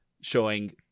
showing